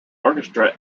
orchestra